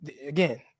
again